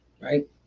right